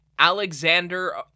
Alexander